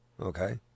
okay